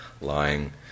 lying